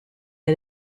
had